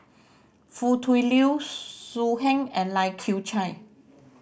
Foo Tui Liew So Heng and Lai Kew Chai